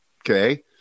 Okay